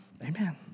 Amen